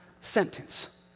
sentence